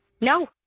No